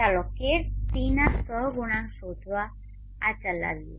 ચાલો ktના સહગુણાંક શોધવા માટે આ ચલાવીએ